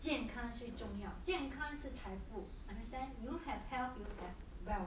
健康最重要健康是财富 understand you have health you have wealth